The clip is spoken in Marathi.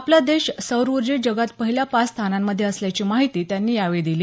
आपला देश सौर उर्जेत जगात पहिल्या पाच स्थानांमधे असल्याची माहिती त्यांनी यावेळी दिली